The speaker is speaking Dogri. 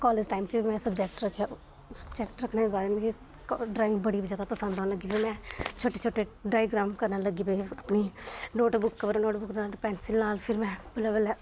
कालेज टाइम च में सबजैक्ट रक्खेआ सबजैक्ट रक्खने दे बाद मिगी ड्राइंग बड़ी जैदा पसंद औन लग्गी पेई में छोटे छोटे डायग्राम करने लग्गी पेई अपनी नोट बुक उप्पर नोट बुक उप्पर पैनसिंल नाल फिर में बल्लें बल्लें